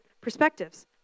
perspectives